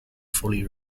fully